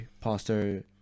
pastor